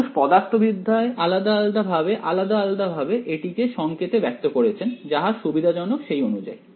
মানুষ পদার্থবিদ্যার আলাদা আলাদা ভাগে আলাদা আলাদা ভাবে এটিকে সংকেতে ব্যক্ত করেছেন যাহা সুবিধাজনক সেই অনুযায়ী